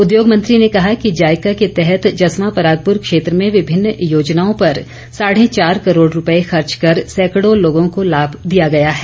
उद्योग मंत्री ने कहा कि जाईका के तहत जस्वां परागपुर क्षेत्र में विभिन्न योजनाओं पर साढ़े चार करोड़ रुपए खर्च कर सैंकड़ों लोगों को लाभ दिया गया है